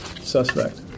suspect